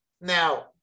Now